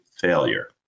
failure